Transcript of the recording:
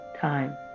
time